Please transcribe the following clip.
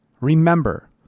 Remember